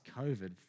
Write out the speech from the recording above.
COVID